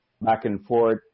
back-and-forth